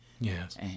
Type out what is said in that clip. Yes